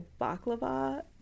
baklava